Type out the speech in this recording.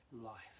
life